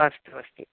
अस्तु अस्ति